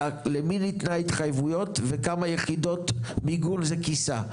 אלא למי ניתנו התחייבויות וכמה יחידות מיגון זה כיסה?